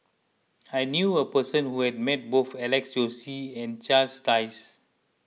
I knew a person who has met both Alex Josey and Charles Dyce